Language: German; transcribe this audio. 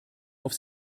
auf